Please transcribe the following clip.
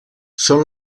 són